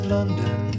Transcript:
London